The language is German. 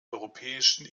europäischen